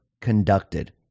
conducted